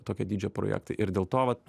tokio dydžio projektai ir dėl to vat